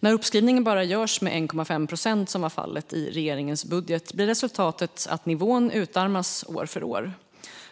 När uppskrivningen bara görs med 1,5 procent, som var fallet i regeringens budget, blir resultatet att nivån utarmas år för år.